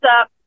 up